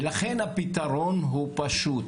ולכן הפתרון הוא פשוט,